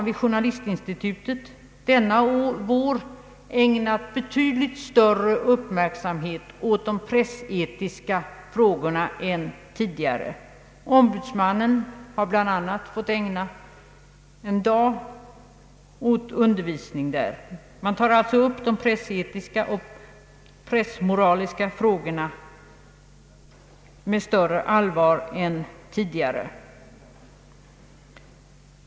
Vid Journalistinstitutet i Stockholm har denna vår betydligt större uppmärksamhet än tidigare ägnats åt de pressetiska frågorna. Ombudsmannen har bl.a. fått ägna en dag åt undervisning där. Man tar alltså upp de pressetiska och pressmoraliska frågorna med större allvar än tidigare.